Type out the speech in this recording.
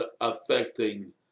affecting